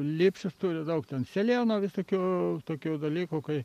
lipčius turi daug ten seleno visokių tokių dalykų kai